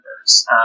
members